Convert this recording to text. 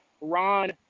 Ron